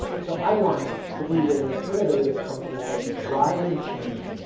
so, i wanted to be with an innovative company that's driving change,